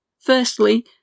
Firstly